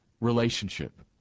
relationship